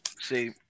See